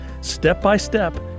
step-by-step